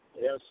Yes